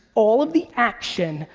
all of the action,